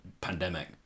pandemic